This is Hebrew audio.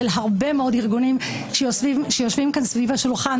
של הרבה מאוד ארגונים שיושבים כאן סביב השולחן.